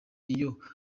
iyo